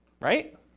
right